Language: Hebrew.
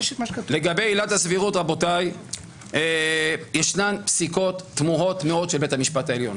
לגבי עילת הסבירות יש פסיקות תמוהות מאוד של בית המשפט העליון.